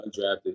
undrafted